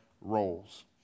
roles